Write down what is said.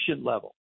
level